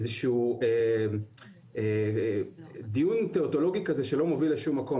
איזשהו דיון טאוטולוגי כזה שלא מוביל לשום מקום.